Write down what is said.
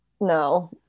no